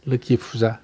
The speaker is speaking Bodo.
लोखि फुजा